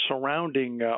surrounding